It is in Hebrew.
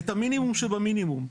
את המינימום שבמינימום.